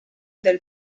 del